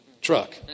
Truck